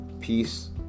Peace